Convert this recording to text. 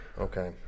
Okay